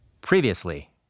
Previously